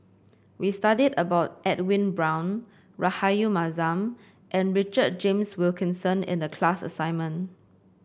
we studied about Edwin Brown Rahayu Mahzam and Richard James Wilkinson in the class assignment